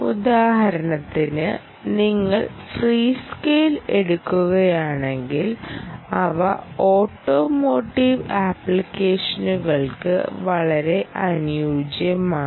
ഉദാഹരണത്തിന് നിങ്ങൾ ഫ്രീസ്കെയിൽ എടുക്കുകയാണെങ്കിൽ അവ ഓട്ടോമോട്ടീവ് ആപ്ലിക്കേഷനുകൾക്ക് വളരെ അനുയോജ്യമാണ്